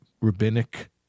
rabbinic